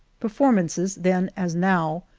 performances, then as now,